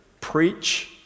Preach